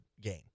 gain